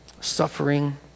suffering